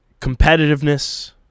competitiveness